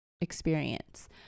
experience